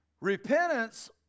repentance